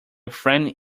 friend